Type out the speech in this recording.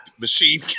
machine